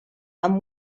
amb